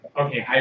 okay